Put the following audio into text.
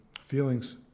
feelings